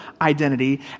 identity